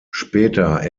später